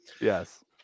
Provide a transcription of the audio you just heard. Yes